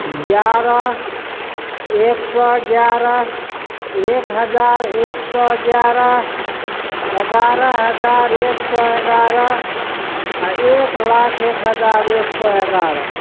एगारह एक सए एगारह एक हजार एक सए एगारह एगारह हजार एक सए एगारह आ एक लाख एक हजार एक सए एगारह